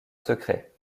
secret